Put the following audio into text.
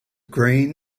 green